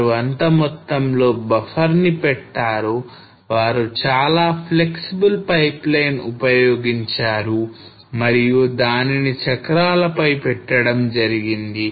వారు అంత మొత్తంలో buffer నీ పెట్టారు వారు చాలా flexible పైప్లైన్ ఉపయోగించారు మరియు దానిని చక్రాలపై పెట్టడం జరిగింది